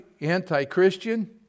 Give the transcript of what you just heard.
anti-Christian